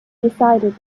decided